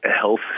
health